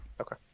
Okay